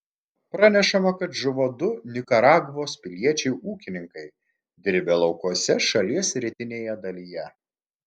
pranešama kad žuvo du nikaragvos piliečiai ūkininkai dirbę laukuose šalies rytinėje dalyje